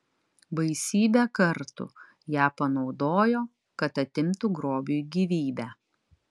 baisybę kartų ją panaudojo kad atimtų grobiui gyvybę